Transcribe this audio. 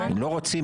אתם לא רוצים,